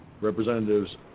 Representatives